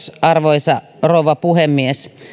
arvoisa rouva puhemies